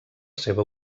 seva